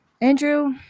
Andrew